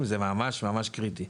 זה ממש ממש קריטי.